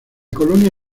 colonia